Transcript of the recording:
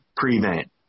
Prevent